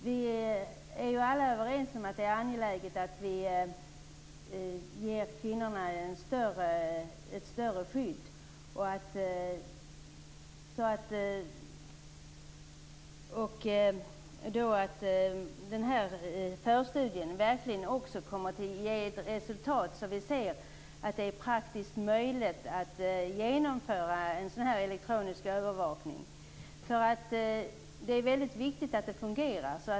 Vi är ju alla överens om att det är angeläget att vi ger kvinnorna ett större skydd och att den här förstudien verkligen ger resultat, så att vi ser att det är praktiskt möjligt att genomföra en elektronisk övervakning. Det är väldigt viktigt att det fungerar.